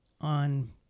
on